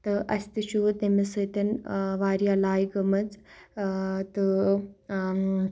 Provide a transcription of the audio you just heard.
تہٕ اَسہِ تہِ چھُ ؤ تٔمِس سۭتۍ واریاہ لاے گٔمٕژ تہٕ